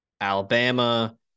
Alabama